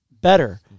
better